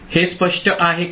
हे स्पष्ट आहे का